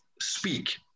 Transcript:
speak